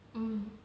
mm